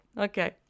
Okay